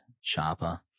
sharper